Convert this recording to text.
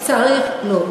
לא.